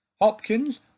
Hopkins